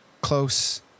close